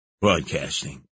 Broadcasting